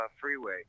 freeway